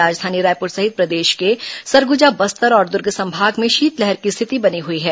राजधानी रायपुर सहित प्रदेश के सरगुजा बस्तर और दुर्ग संभाग में शीतलहर की स्थिति बनी हुई है